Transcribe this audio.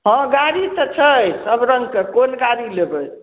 हँ गाड़ी तऽ छै सब रङ्गके कोन गाड़ी लेबै